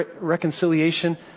reconciliation